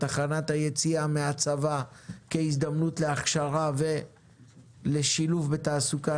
תחנת היציאה מהצבא כהזדמנות להכשרה ולשילוב בתעסוקה,